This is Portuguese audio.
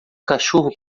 cachorro